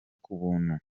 kubuntu